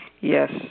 Yes